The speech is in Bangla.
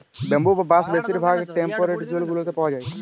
ব্যাম্বু বা বাঁশ বেশির ভাগ টেম্পরেট জোল গুলাতে পাউয়া যায়